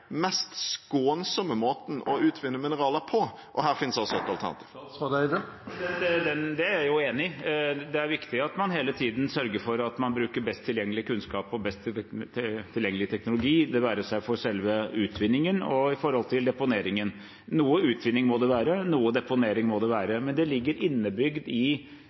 måten å utvinne mineraler på – og her finnes altså et alternativ. Det er jeg enig i. Det er viktig at man hele tiden sørger for at man bruker best tilgjengelig kunnskap og best tilgjengelig teknologi – det være seg for selve utvinningen eller for deponeringen. Noe utvinning må det være, noe deponering må det være, men det ligger innebygd i